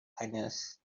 kindness